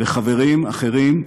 ולחברים אחרים,